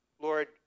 Lord